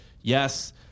Yes